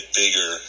bigger